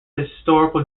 historical